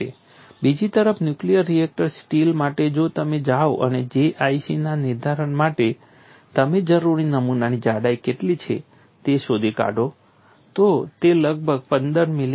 બીજી તરફ nuclear reactor steel માટે જો તમે જાઓ અને JIC ના નિર્ધારણ માટે તમે જરૂરી નમૂનાની જાડાઈ કેટલી છે તે શોધી કાઢો તો તે લગભગ 15 મિલિમીટર છે